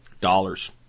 Dollars